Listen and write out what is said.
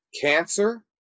cancer